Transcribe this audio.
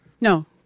No